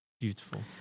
Beautiful